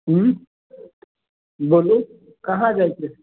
बोलू काहाँ जाइके हए